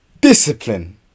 Discipline